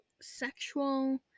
sexual